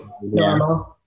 normal